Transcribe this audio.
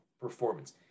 performance